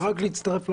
רק להצטרף למאגר.